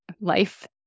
life